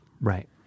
Right